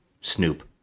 snoop